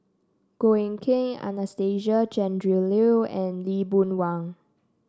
Goh Eck Kheng Anastasia Tjendri Liew and Lee Boon Wang